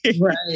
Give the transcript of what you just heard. Right